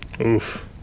oof